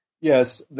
Yes